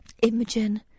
Imogen